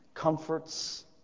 comforts